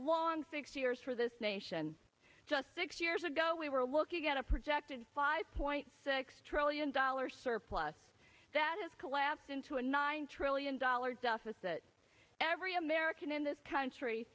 long six years for this nation just six years ago we were looking at a projected five point six trillion dollar surplus that is collapsed into a nine trillion dollars deficit every american in this country